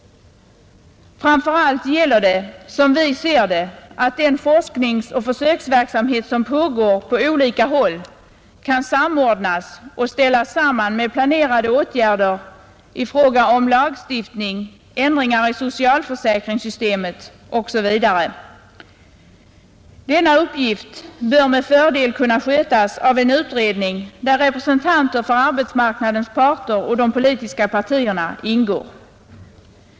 Framför allt gäller det, som vi ser det, att den forskningsoch försöksverksamhet som pågår på olika håll kan samordnas och ställas samman med planerade åtgärder i fråga om lagstiftning, ändringar i socialförsäkringssystemet, osv. Denna uppgift bör med fördel kunna skötas av en utredning där representanter för arbetsmarknadens parter och de politiska partierna ingår.